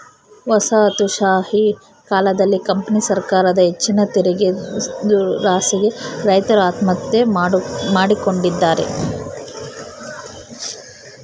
ವಸಾಹತುಶಾಹಿ ಕಾಲದಲ್ಲಿ ಕಂಪನಿ ಸರಕಾರದ ಹೆಚ್ಚಿನ ತೆರಿಗೆದುರಾಸೆಗೆ ರೈತರು ಆತ್ಮಹತ್ಯೆ ಮಾಡಿಕೊಂಡಿದ್ದಾರೆ